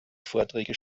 vorträge